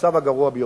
במצב הגרוע ביותר.